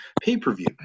pay-per-view